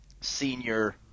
senior